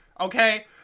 okay